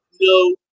No